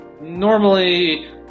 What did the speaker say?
normally